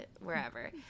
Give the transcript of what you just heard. wherever